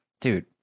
dude